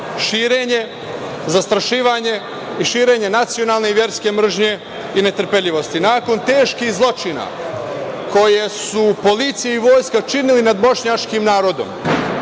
širenje, zastrašivanje i širenje nacionalne i verske mržnje i netrpeljivosti. Nakon teških zločina koje su policiji i vojska činili nad bošnjačkim narodom